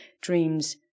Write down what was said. dreams